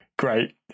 great